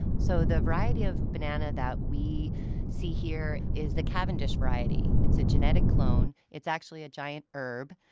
so the variety of banana that we see here is the cavendish variety. it's a genetic clone. it's actually a giant herb.